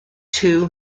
two